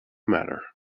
matter